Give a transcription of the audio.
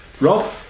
Rob